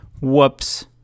Whoops